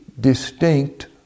distinct